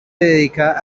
dedica